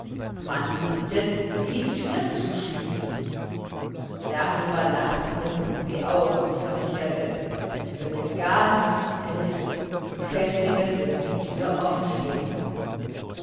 man bittet die türe zu schließen darüber lachte ihr mann sie aus und versicherte es würde gar nichts helfen die pfäfflinge würden die türe offen stehen lassen